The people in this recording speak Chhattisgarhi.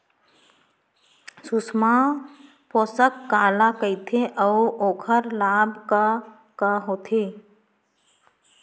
सुषमा पोसक काला कइथे अऊ ओखर लाभ का का होथे?